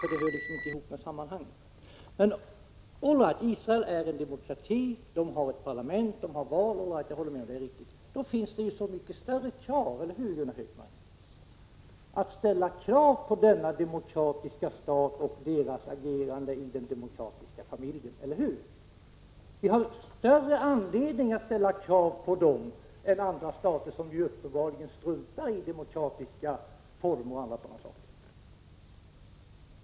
Men, all right: Jag kan hålla med om att Israel är en demokrati, har ett parlament och genomför val. Men därför har vi anledning att ställa desto större krav — eller hur, Gunnar Hökmark? — på denna stats agerande i den demokratiska familjen. Vi har större anledning att ställa krav på sådana stater än på stater som uppenbarligen struntar i demokratiska former osv.